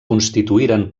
constituïren